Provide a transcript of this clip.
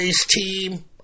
team